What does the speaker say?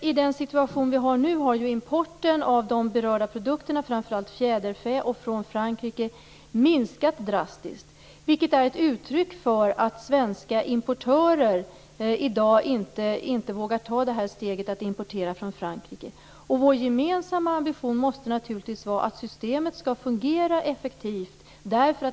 I den situation som vi nu har har importen av de berörda produkterna, framför allt av fjäderfä från Frankrike, minskat drastiskt. Detta är ett uttryck för att svenska importörer i dag inte vågar importera från Frankrike. Vår gemensamma ambition måste naturligtvis vara att systemet skall fungera effektivt.